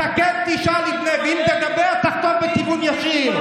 אתה כן תשאל, ואם תדבר, תחטוף בכינון ישיר.